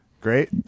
great